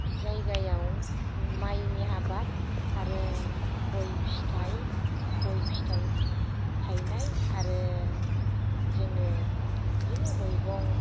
जायगायाव माइनि आबाद आरो गय फिथाइ गय फिथाइ थाइनाय आरो जोङो इदिनो मैगं